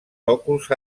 sòcols